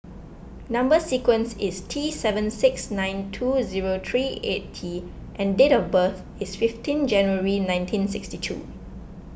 Number Sequence is T seven six nine two zero three eight T and date of birth is fifteen January nineteen sixty two